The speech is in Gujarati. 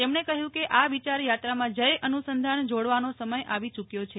તેમજ્ઞે કહ્યું કે આ વિચારયાત્રામાં જય અનુસંધાન જોડવાનો સમય આવી ચૂક્યો છે